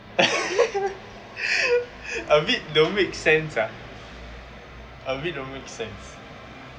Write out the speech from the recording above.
a bit don't make sense ah a bit don't make sense